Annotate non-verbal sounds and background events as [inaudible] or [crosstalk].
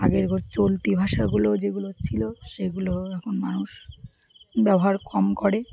আগের [unintelligible] চলতি ভাষাগুলো যেগুলো ছিল সেগুলো এখন মানুষ ব্যবহার কম করে